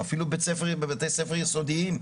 אפילו בבתי ספר יסודיים.